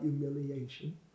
humiliation